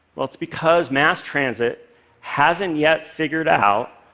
well, it's because mass transit hasn't yet figured out